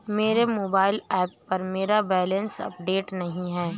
मेरे mobile app पर मेरा बैलेंस अपडेट नहीं है